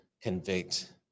convict